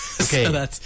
Okay